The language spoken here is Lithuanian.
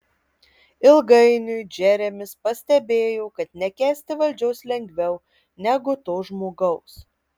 ilgainiui džeremis pastebėjo kad nekęsti valdžios lengviau negu to žmogaus